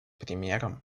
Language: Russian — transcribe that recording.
примером